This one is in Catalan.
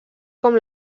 com